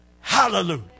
Hallelujah